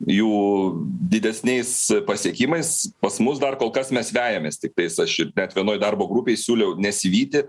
jų didesniais pasiekimais pas mus dar kol kas mes vejamės tiktais aši net vienoj darbo grupėj siūliau nesivyti